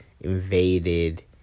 invaded